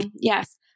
yes